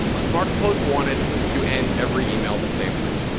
ah smart compose wanted to end every email the same way.